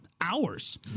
hours